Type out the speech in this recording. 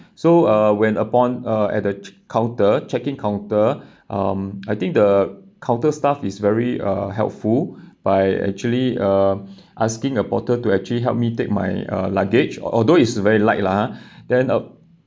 so uh when upon uh at the counter check-in counter um I think the counter staff is very uh helpful by actually uh asking the porter to actually help me take my uh luggage although is very light lah then uh